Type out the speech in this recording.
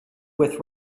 with